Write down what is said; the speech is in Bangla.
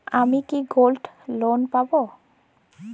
আমি কি গোল্ড লোন পাবো?